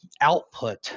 output